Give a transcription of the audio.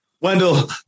Wendell